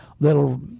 that'll